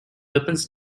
weapons